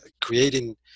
creating